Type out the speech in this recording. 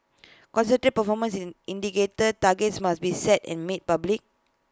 concrete performance in indicator targets must be set and made public